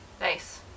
Nice